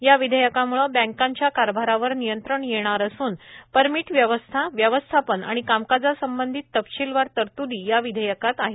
या विधेयकाम्ळे बँकांच्या कारभारावर नियंत्रण येणार असून परमिट व्यवस्था व्यवस्थापन आणि कामकाजासंबंधित तपशीलवार तरतुदी या विधेयकात आहेत